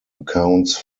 accounts